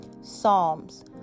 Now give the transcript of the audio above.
Psalms